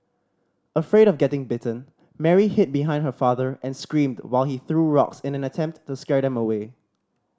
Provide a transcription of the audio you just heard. afraid of getting bitten Mary hid behind her father and screamed while he threw rocks in an attempt to scare them away